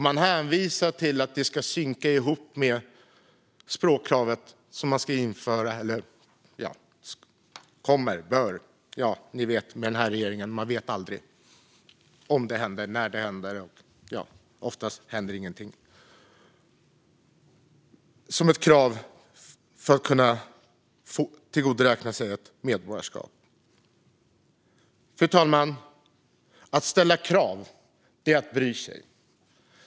Man hänvisar till att det ska synka med det språkkrav som man ska, eller bör, eller kommer att - som ni vet kan man aldrig med den här regeringen veta om det händer eller när det händer; oftast händer ingenting - införa som ett krav för att kunna tillgodoräkna sig ett medborgarskap. Fru talman! Att ställa krav är att bry sig.